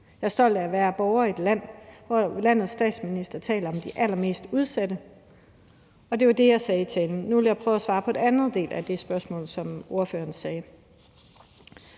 Jeg er stolt over at være borger i et land, hvor landets statsminister taler om de allermest udsatte. Det var det, jeg sagde i talen. Nu vil jeg prøve at svare på den anden del af det spørgsmål, som ordføreren stillede.